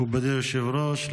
מכובדי היושב-ראש,